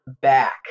back